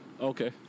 Okay